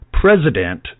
President